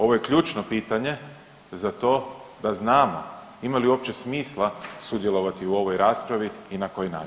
Ovo je ključno pitanje za to da znamo ima li uopće smisla sudjelovati u ovoj raspravi i na koji način, hvala.